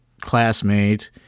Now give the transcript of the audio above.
classmate